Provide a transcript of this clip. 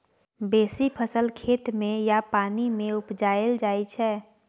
बेसी फसल खेत मे या पानि मे उपजाएल जाइ छै